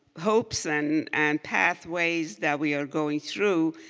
hopes and and pathways that we are going through.